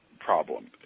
problem